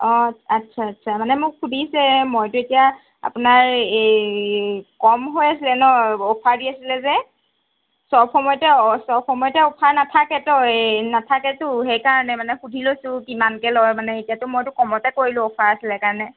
অঁ আচ্ছা আচ্ছা মানে মোক সুধিছে মইতো এতিয়া আপোনাৰ এই কম হৈ আছিলে ন অফাৰ দি আছিলে যে চব সময়তে অ চব সময়তে অফাৰ নাথাকেতো নাথাকেতো সেইকাৰণে মানে সুধি লৈছোঁ কিমানকৈ লয় মানে এতিয়াতো মইতো কমতে কৰিলোঁ অফাৰ আছিলে কাৰণে